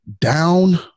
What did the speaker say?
down